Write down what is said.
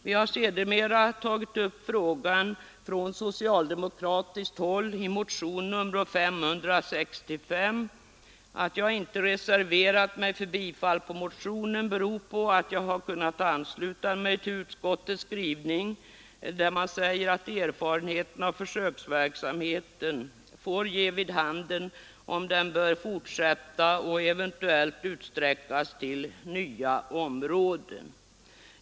Vi har sedermera tagit upp frågan från socialdemokratiskt håll i motionen 565. Att jag inte reserverat mig för bifall till motionen beror på att jag har kunnat ansluta mig till utskottets skrivning ”att erfarenheterna av försöksverksamheten får ge vid handen om den bör fortsätta och eventuellt utsträckas till nya områden”.